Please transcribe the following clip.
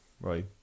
Right